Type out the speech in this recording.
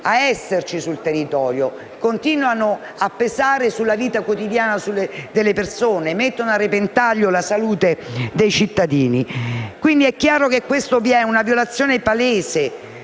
ad esserci sul territorio e a pesare sulla vita quotidiana delle persone mettendo a repentaglio la salute dei cittadini. È chiaro che ciò comporta una violazione palese